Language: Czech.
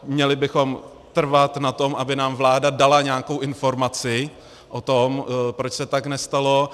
Měli bychom trvat na tom, aby nám vláda dala nějakou informaci o tom, proč se tak nestalo.